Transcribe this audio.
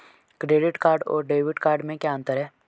Credit card और debit card में क्या अंतर है?